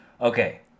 Okay